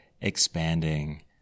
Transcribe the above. expanding